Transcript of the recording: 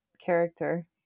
character